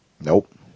Nope